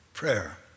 Prayer